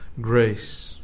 grace